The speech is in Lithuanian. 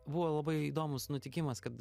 buvo labai įdomus nutikimas kad